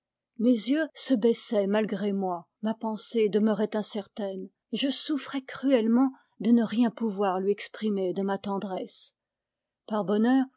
mes yeux se baissaient malgré moi ma pensée demeurait incertaine et je souffrais cruellement de ne rien pouvoir lui exprimer de ma tendresse par bonheur